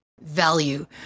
value